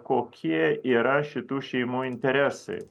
kokie yra šitų šeimų interesai